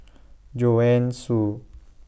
Joanne Soo